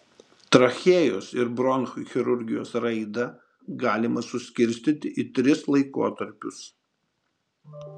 trachėjos ir bronchų chirurgijos raidą galima suskirstyti į tris laikotarpius